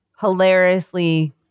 hilariously